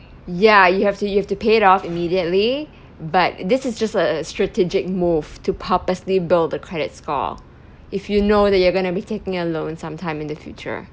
ya you have to you have to pay it off immediately but this is just a strategic move to purposely build a credit score if you know that you're gonna be taking a loan sometime in the future